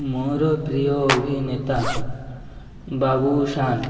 ମୋର ପ୍ରିୟ ଅଭିନେତା ବାବୁଶାନ